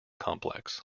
complex